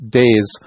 days